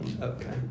Okay